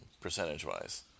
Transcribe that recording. percentage-wise